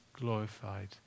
glorified